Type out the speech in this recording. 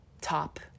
top